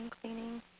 Cleaning